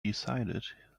decided